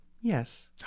yes